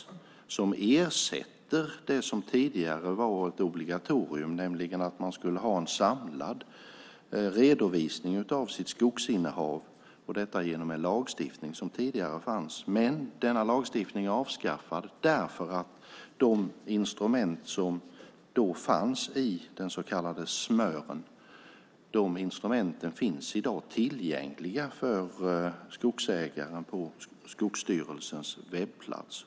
Detta ersätter det som tidigare var ett obligatorium, nämligen att man skulle ha en samlad redovisning av sitt skogsinnehav - detta genom en lagstiftning som tidigare fanns. Men denna lagstiftning är avskaffad därför att de instrument som då fanns i den så kallade SMÖR:en i dag finns tillgängliga för skogsägarna på Skogsstyrelsens webbplats.